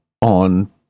on